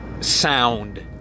sound